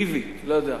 רוויק, לא יודע,